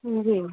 हूँ हूँ